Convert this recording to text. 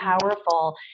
powerful